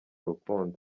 rukundo